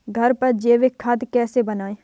घर पर जैविक खाद कैसे बनाएँ?